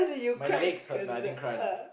my legs hurt nah I didn't cry lah